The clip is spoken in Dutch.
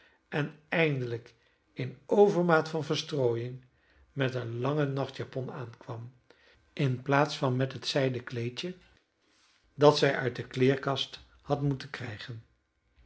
en eindelijk in overmaat van verstrooiïng met een lange nachtjapon aankwam in plaats van met het zijden kleedje dat zij uit de kleerkast had moeten krijgen